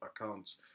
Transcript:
accounts